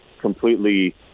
completely